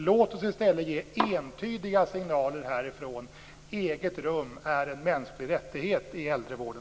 Låt oss i stället ge entydiga signaler härifrån att eget rum är en mänsklig rättighet i äldrevården.